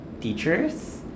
teachers